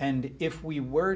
and if we were